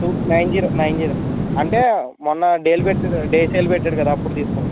two nine zero nine zero అంటే మొన్న dial పెట్టాను డే సేల్ పెట్టాడు కదా అప్పుడు తీసుకున్నాను